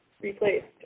replaced